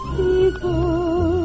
people